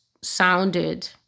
sounded